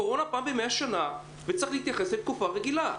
קורונה באה פעם במאה שנה וצריך להתייחס לתקופה רגילה.